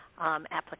application